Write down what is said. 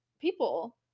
people